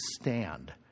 stand